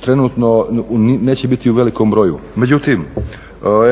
trenutno neće biti u velikom broju. Međutim,